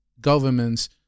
governments